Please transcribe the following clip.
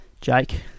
jake